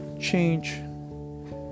change